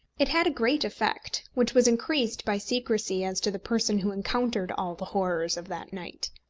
it had a great effect, which was increased by secrecy as to the person who encountered all the horrors of that night.